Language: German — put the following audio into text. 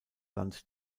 land